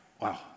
Wow